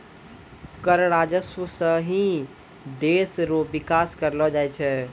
कर राजस्व सं ही देस रो बिकास करलो जाय छै